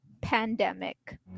pandemic